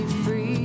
free